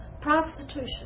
prostitution